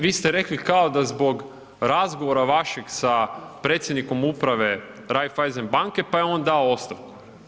Vi ste rekli kao da zbog razgovora vašeg sa predsjednikom Uprave Raiffeisen banke pa je on dao ostavku.